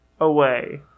away